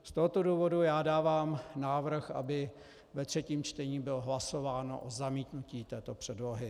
Z tohoto důvodu dávám návrh, aby ve třetím čtení bylo hlasováno o zamítnutí této předlohy.